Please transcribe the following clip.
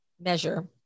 Measure